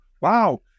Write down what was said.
Wow